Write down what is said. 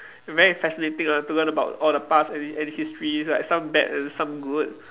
very fascinating lah to learn about all the parts and and histories like some bad and some good